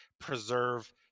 preserve